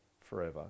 forever